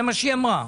זה מה שהיא אמרה.